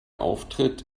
auftritt